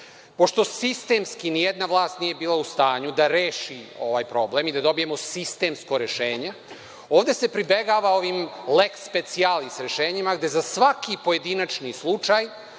Pošto sistemski nijedna vlast nije bila u stanju da reši ovaj problem i da dobijemo sistemsko rešenje, ovde se pribegava ovim leks specijalis rešenjima, gde za svaki pojedinačni slučaj